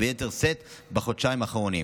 וביתר שאת בחודשיים האחרונים.